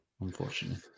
unfortunately